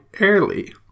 early